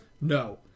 No